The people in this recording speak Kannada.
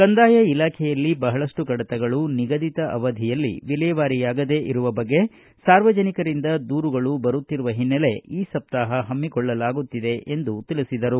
ಕಂದಾಯ ಇಲಾಖೆಯಲ್ಲಿ ಬಹಳಷ್ಟು ಕಡತಗಳು ನಿಗದಿತ ಅವಧಿಯಲ್ಲಿ ವಿಲೇವಾರಿಯಾಗದೆ ಇರುವ ಬಗ್ಗೆ ಸಾರ್ವಜನಿಕರಿಂದ ದೂರುಗಳು ಬರುತ್ತಿರುವ ಹಿನೈಲೆ ಈ ಸಪ್ತಾಹ ಹಮ್ಮಿಕೊಳ್ಳಲಾಗುತ್ತಿದೆ ಎಂದರು